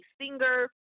singer